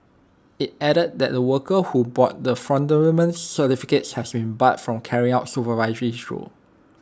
IT added that the workers who bought the fraudulent certificates has been barred from carrying out supervisory roles